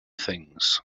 things